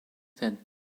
that